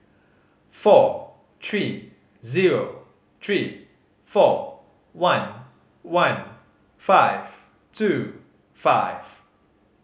four three zero three four one one five two five